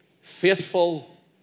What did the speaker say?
Faithful